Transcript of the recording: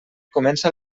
comença